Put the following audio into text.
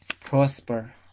prosper